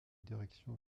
direction